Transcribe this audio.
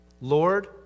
Lord